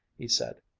he said.